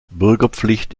bürgerpflicht